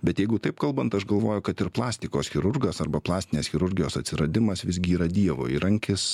bet jeigu taip kalbant aš galvoju kad ir plastikos chirurgas arba plastinės chirurgijos atsiradimas visgi yra dievo įrankis